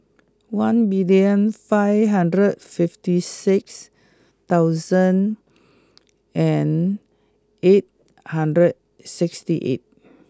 one million five hundred fifty six thousand and eight hundred sixty eight